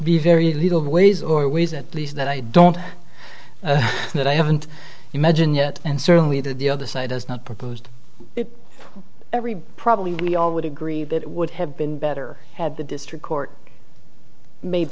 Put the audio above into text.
be very little ways or ways at least that i don't that i haven't imagine yet and certainly that the other side has not proposed every problem we all would agree that it would have been better had the district court made